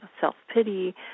self-pity